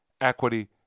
equity